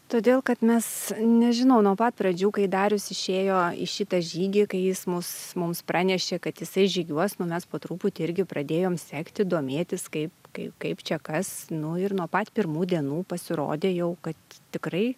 todėl kad mes nežinau nuo pat pradžių kai darius išėjo į šitą žygį kai jis mus mums pranešė kad jisai žygiuos nu mes po truputį irgi pradėjom sekti domėtis kaip kaip kaip čia kas nu ir nuo pat pirmų dienų pasirodė jau kad tikrai